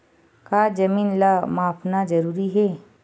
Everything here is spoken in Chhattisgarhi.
का जमीन ला मापना जरूरी हे?